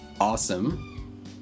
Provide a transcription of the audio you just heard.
awesome